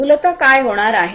मूलत काय होणार आहे